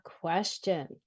question